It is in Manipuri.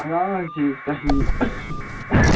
ꯑꯉꯥꯡ ꯍꯥꯏꯁꯤ ꯆꯍꯤ